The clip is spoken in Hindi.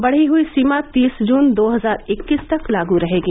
बढ़ी हुई सीमा तीस जून दो हजार इक्कीस तक लागू रहेगी